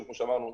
כמו שאמרנו,